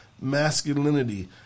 masculinity